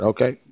Okay